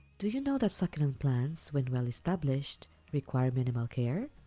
do you know that succulent plants, when well-established, require minimal care?